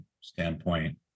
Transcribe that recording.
standpoint